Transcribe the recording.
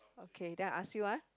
okay then I ask you ah